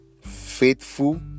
Faithful